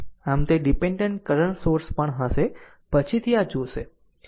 આમ તે dependent current source પણ હશે પછીથી આ જોશે